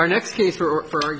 our next case for